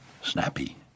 Snappy